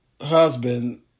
Husband